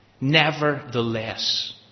Nevertheless